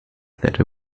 that